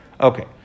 Okay